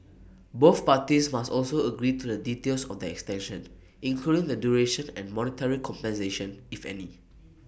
both parties must also agree to the details of the extension including the duration and monetary compensation if any